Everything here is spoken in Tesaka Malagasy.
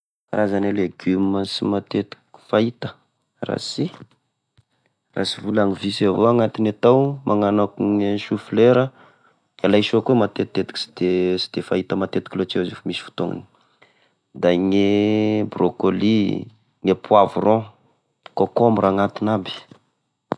Karazane legioma sy matetika fahita raha sy raha sy volagny visy evao agnatigne tao, magnana akone sôflera, laisoa koa matetitetika sy de, sy de fahita matetika loatra vao izy io fa misy fotoanany, da gne brôkôly, gne poivron, kôkômbra agnatiny aby.